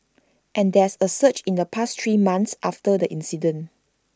and there's A surge in the past three months after that incident